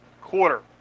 quarter